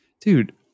Dude